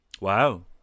Wow